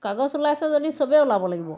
কাগজ ওলাইছে যদি চবেই ওলাব লাগিব